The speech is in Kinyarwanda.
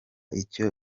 icyo